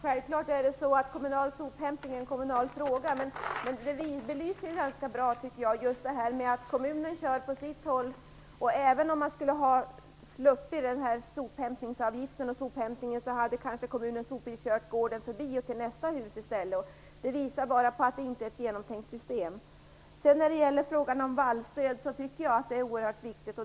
Herr talman! Självklart är detta en kommunal fråga, men det belyser ju på ett ganska bra sätt just detta med att kommunen kör på sitt håll. Hade man sluppit sophämtningsavgiften hade kanske kommunens sopbilen kört förbi gården och till nästa hus stället. Det visar bara att det inte är ett genomtänkt system. Jag tycker att frågan om vallstöd är oerhört viktig.